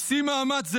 עושים מאמץ,